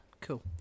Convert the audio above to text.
Cool